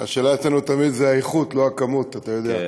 השאלה אצלנו תמיד היא האיכות, לא הכמות, אתה יודע.